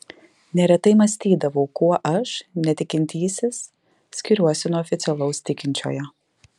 neretai mąstydavau kuo aš netikintysis skiriuosi nuo oficialaus tikinčiojo